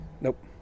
Nope